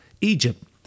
Egypt